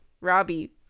Robbie